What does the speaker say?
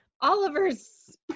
Oliver's